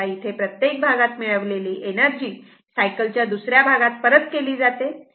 तेव्हा इथे प्रत्येक भागात मिळविलेली एनर्जी सायकलच्या दुसऱ्या भागात परत केली जाते